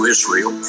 Israel